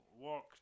walk